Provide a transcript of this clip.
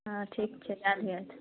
हँ ठीक छै दए दिहथि